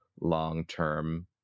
long-term